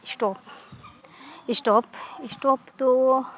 stove ᱴᱳᱵᱷ ᱴᱳᱵᱷ ᱫᱚ